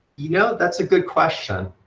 you know, that's a good question.